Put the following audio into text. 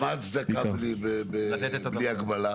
מה ההצדקה לבלי הגבלה?